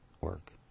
work